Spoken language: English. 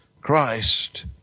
Christ